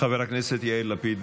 חבר הכנסת יאיר לפיד,